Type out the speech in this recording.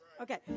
Okay